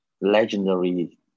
legendary